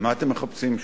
מה אתם מחפשים שם?